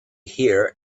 hear